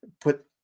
put